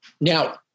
Now